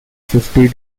fifty